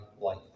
life